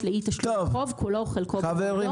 לאי תשלום החוב כולו או חלקו אלא אם כן נתקיימו נסיבות ---".